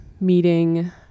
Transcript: meeting